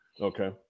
okay